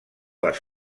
les